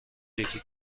یکی